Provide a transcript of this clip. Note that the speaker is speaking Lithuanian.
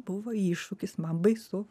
buvo iššūkis man baisu